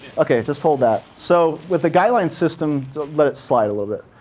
okay, just hold that. so with the guideline system let it slide a little bit.